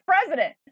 president